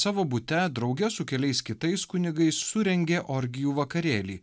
savo bute drauge su keliais kitais kunigais surengė orgijų vakarėlį